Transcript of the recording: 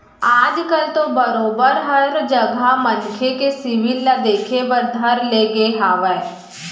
आज कल तो बरोबर हर जघा मनखे के सिविल ल देखे बर धर ले गे हावय